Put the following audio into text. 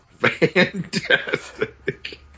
Fantastic